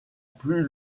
plus